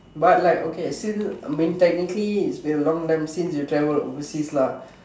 but like okay since I mean technically it has been a long time since you travelled overseas lah